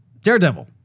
Daredevil